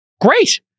great